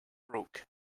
broke